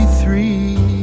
three